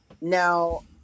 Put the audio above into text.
now